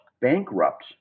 bankrupt